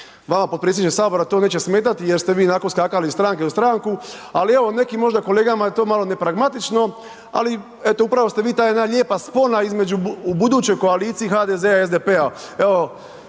Vama potpredsjedniče Sabora to neće smetati jer ste vi ionako skakali iz stranke u stranku, ali evo nekim možda kolegama je to malo nepragmatično ali eto, upravo ste vi ta jedna lijepa spona između buduće koalicije HDZ-a i SDP-a.